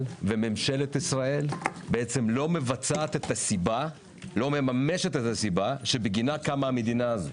וממשלת ישראל לא מממשת את הסיבה שבגינה קמה המדינה הזו.